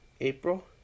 April